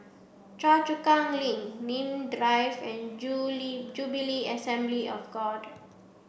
Choa Chu Kang Link Nim Drive and Jubilee Assembly of God